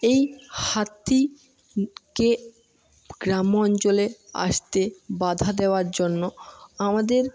এই হাতিকে গ্রাম্য অঞ্চলে আসতে বাধা দেওয়ার জন্য আমাদের